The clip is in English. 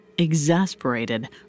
Exasperated